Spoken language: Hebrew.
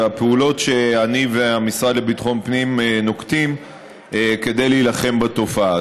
והפעולות שאני והמשרד לביטחון פנים נוקטים כדי להילחם בתופעה.